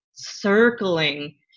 circling